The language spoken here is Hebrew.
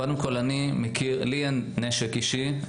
קודם כול לי אין נשק אישי,